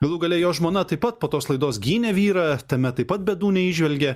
galų gale jo žmona taip pat po tos laidos gynė vyrą tame taip pat bėdų neįžvelgė